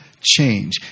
change